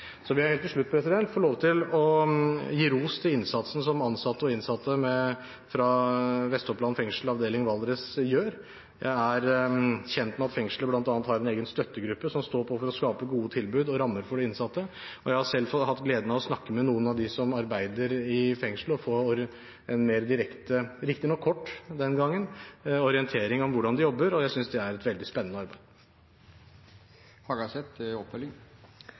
Så vil jeg helt til slutt få lov til å gi ros for innsatsen som ansatte og innsatte fra Vestoppland fengsel, avdeling Valdres, gjør. Jeg er kjent med at fengselet bl.a. har en egen støttegruppe som står på for å skape gode tilbud og rammer for de innsatte. Jeg har selv hatt gleden av å snakke med noen av dem som arbeider i fengselet, og få en mer direkte – riktignok kort, den gangen – orientering om hvordan de jobber, og jeg synes det er et veldig spennende arbeid.